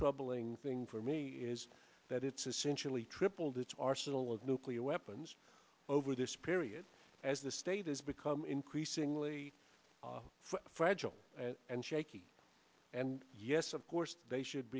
troubling thing for me is that it's essentially tripled its arsenal of nuclear weapons over this period as the state has become increasingly fragile and shaky and yes of course they should